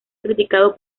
criticado